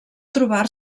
trobar